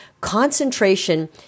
Concentration